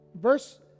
Verse